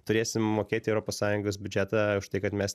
turėsim mokėti europos sąjungos biudžetą už tai kad mes